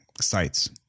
sites